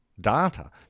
data